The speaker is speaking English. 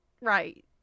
Right